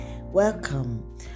Welcome